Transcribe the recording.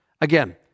Again